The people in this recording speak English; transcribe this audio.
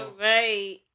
Right